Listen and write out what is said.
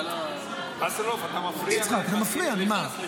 מפריע לי.